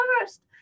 first